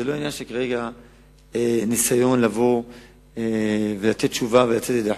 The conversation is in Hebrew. זה לא עניין של ניסיון לבוא ולתת תשובה ולצאת ידי חובה.